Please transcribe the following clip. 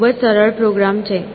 તે ખૂબ જ સરળ પ્રોગ્રામ છે